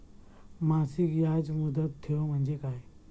मासिक याज मुदत ठेव म्हणजे काय?